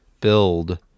build